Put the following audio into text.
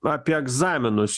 apie egzaminus